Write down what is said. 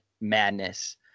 madness